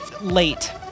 late